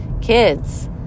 kids